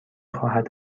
خواهد